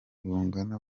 bungana